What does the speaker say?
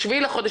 ב-7 בחודש,